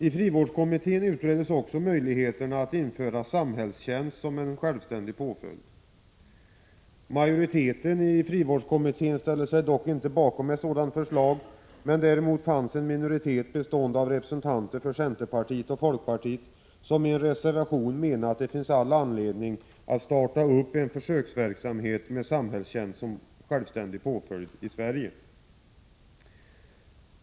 I frivårdskommittén utreddes också möjligheterna att införa samhällstjänst som en självständig påföljd. Majoriteten i frivårdskommittén ställde sig dock inte bakom ett sådant förslag. Däremot fanns en minoritet bestående av representanter för centerpartiet och folkpartiet som i en reservation menade att det fanns all anledning att starta en försöksverksamhet med samhällstjänst som självständig påföljd i Sverige.